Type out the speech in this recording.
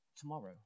tomorrow